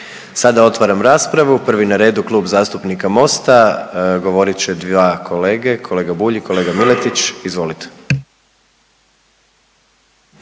Sada otvaram raspravu, prvi na redu je Klub zastupnika Mosta, govorit će dva kolege, kolega Bulj i kolega Miletić, izvolite.